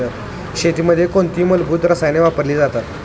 शेतीमध्ये कोणती मूलभूत रसायने वापरली जातात?